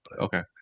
Okay